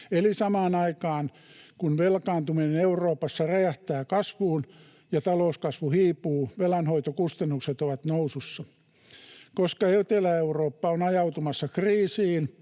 Eli samaan aikaan, kun velkaantuminen Euroopassa räjähtää kasvuun ja talouskasvu hiipuu, velanhoitokustannukset ovat nousussa. Koska Etelä-Eurooppa on ajautumassa kriisiin,